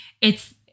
it's-